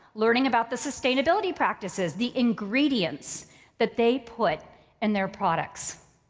learning about the sustainability practices, the ingredients that they put in their products.